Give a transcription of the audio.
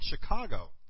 Chicago